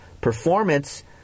Performance